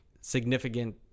significant